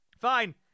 Fine